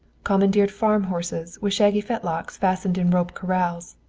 commandeered farm horses with shaggy fetlocks fastened in rope corrals,